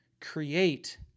create